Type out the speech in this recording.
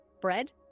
bread